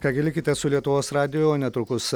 ką gi likite su lietuvos radiju o netrukus